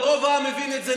אבל רוב העם הבין את זה,